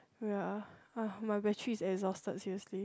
ya !wah! my battery is exhausted seriously